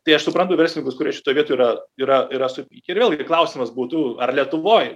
tai aš suprantu verslininkus kurie šitoj vietoj yra yra yra supykę ir vėlgi klausimas būtų ar lietuvoj